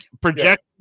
project